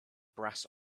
brass